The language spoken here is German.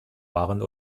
waren